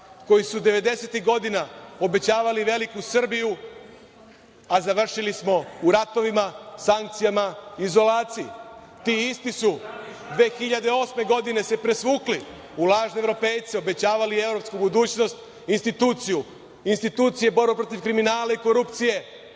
koji su 90-ih godina obećavali veliku Srbiju, a završili smo u ratovima, sankcijama, izolaciji. Ti isti su 2008. godine se presvukli u lažne evropejce, obećavali evropsku budućnost, institucije, borbu protiv kriminala i korupcije,